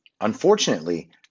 Unfortunately